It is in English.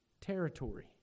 territory